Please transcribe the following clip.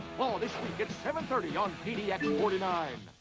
all this week at seven thirty on p d x four nine.